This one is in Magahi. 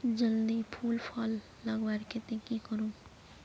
जल्दी फूल फल लगवार केते की करूम?